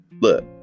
look